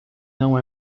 não